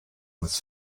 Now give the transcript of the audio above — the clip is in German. muss